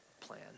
plan